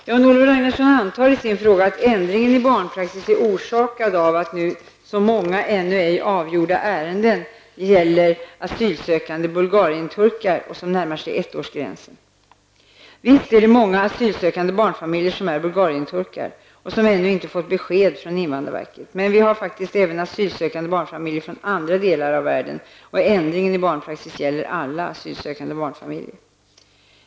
Jan-Olof Ragnarsson antar i sin fråga att ändringen i barnpraxis är orsakad av att nu så många ännu ej avgjorda ärenden som gäller asylsökande bulgarien-turkar närmar sig ettårsgränsen. Visst är det många asylsökande barnfamiljer som är bulgarien-turkar och som ännu inte fått besked från invandrarverket, men vi har faktiskt även asylsökande barnfamiljer från andra delar av världen. Och ändringen i barnpraxis gäller alla asylsökande barnfamiljer.